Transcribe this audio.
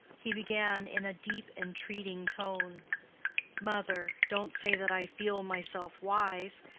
he began in a deep entreating tone mother, don't say that i feel myself wise.